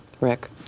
Rick